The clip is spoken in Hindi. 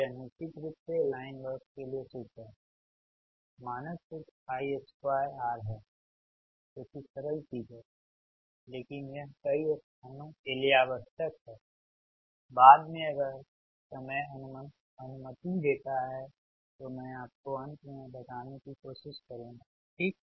तो यह निश्चित रूप से लाइन लॉस के लिए सूत्र है मानक सूत्र I2R है जो कि सरल चीज हैलेकिन यह कई स्थानों के लिए आवश्यक है बाद में अगर समय अनुमति देता है तो मैं आपको अंत में बताने की कोशिश करुंगा ठीक